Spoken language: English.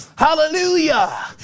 Hallelujah